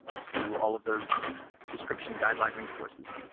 to all of those descriptions on-line resources.